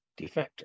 defector